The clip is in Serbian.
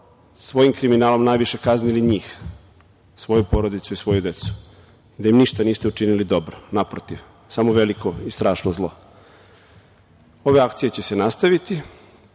svojim kriminalom najviše kaznili njih, svoju porodicu i svoju decu, da im ništa niste učinili dobro, naprotiv, samo veliko i strašno zlo. Ove akcije će se nastaviti,